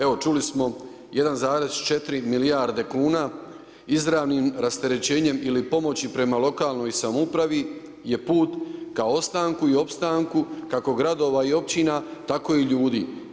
Evo čuli smo 1,4 milijarde kuna izravnim rasterećenjem ili pomoći prema lokalnoj samoupravi je put ka ostanku i opstanku kako gradova i općina tako i ljudi.